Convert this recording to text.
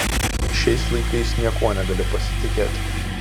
šiais laikais niekuo negali pasitikėti